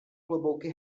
klobouky